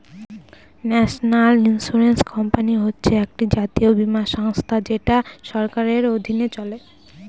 national insurance company হচ্ছে একটি জাতীয় বীমা সংস্থা যেটা সরকারের অধীনে চলে